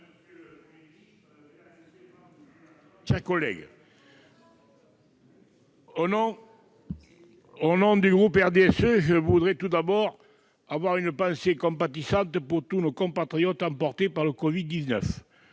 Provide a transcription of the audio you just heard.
monsieur le Premier ministre, mes chers collègues, au nom du groupe du RDSE, je voudrais tout d'abord avoir une pensée compatissante pour tous nos compatriotes emportés par le Covid-19,